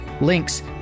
links